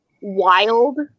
wild